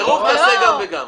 בסירוב תעשה גם וגם.